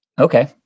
Okay